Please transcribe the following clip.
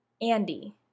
Andy